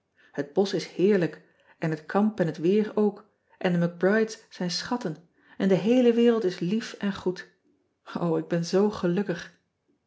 et bosch is heerlijk en het kamp en het weer ook en de c rides zijn schatten en de heele wereld is lief en goed ik ben zoo gelukkig